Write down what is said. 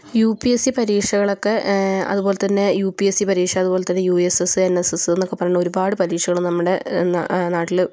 U P S C പരീക്ഷകളൊക്കേ അതുപോലെതന്നേ U P S C പരീക്ഷ അതുപോലെതന്നെ U S S N S S എന്നൊക്കേ പറഞ്ഞ് ഒരുപാട് പരീക്ഷകൾ നമ്മുടെ നാട്ടിൽ